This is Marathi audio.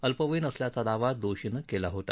अल्पवयीन असल्याचा दावा दाषीनं केला होता